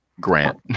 Grant